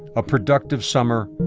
a productive summer,